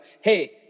hey